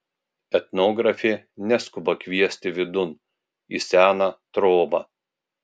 etnografė neskuba kviesti vidun į seną trobą